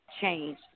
change